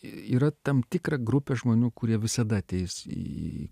yra tam tikra grupė žmonių kurie visada ateis į